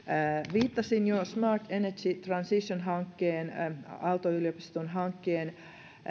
viittasin jo smart energy transition hankkeen aalto yliopiston hankkeen